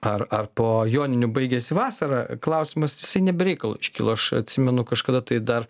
ar ar po joninių baigėsi vasara klausimas jisai ne be reikalo iškilo aš atsimenu kažkada tai dar